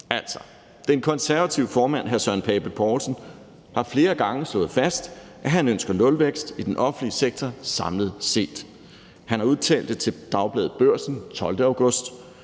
Altså, den konservative formand, hr. Søren Pape Poulsen, har flere gange slået fast, at han ønsker nulvækst i den offentlige sektor samlet set. Han har udtalt det til Dagbladet Børsen den 12. august,